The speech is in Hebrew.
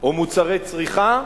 או מוצרי צריכה,